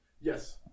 Yes